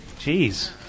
Jeez